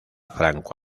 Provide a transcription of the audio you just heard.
franco